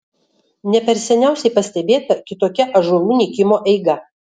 ne per seniausiai pastebėta kitokia ąžuolų nykimo eiga